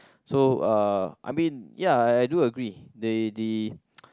so uh I mean ya I do agree the the